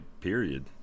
Period